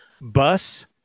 bus